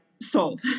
Sold